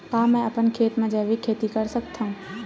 का मैं अपन खेत म जैविक खेती कर सकत हंव?